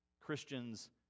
Christians